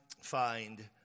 find